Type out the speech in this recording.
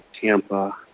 Tampa